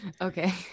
Okay